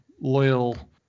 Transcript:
loyal